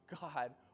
God